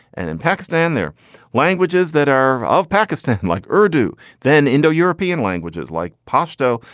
and in pakistan, they're languages that are of pakistan, like urdu, then indo, european languages like pashto.